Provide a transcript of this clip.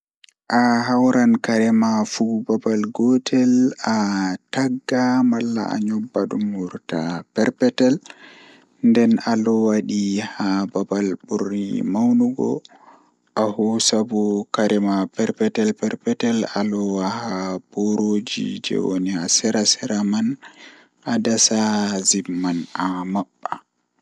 Ahawran kare ma fuu babal gotel anyobba malla atagga dum wurta dum wurta perpetel nden alowadi haa babal buri maunugo ahosa bo kare ma perpetel a loowa haa boorooji woni haa sera perpetel man adasa zip ma a mabba.